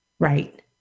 Right